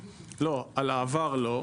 לא, על העבר לא,